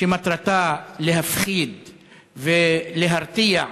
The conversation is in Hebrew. שמטרתה להפחיד ולהרתיע,